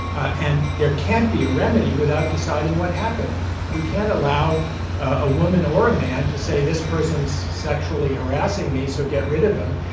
and there can't be a remedy without deciding what happened. we can't allow a woman or a man to say, this person's sexually harassing me, so get rid of him.